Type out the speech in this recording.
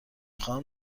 خواهم